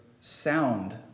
sound